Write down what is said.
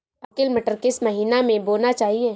Arkel मटर किस महीना में बोना चाहिए?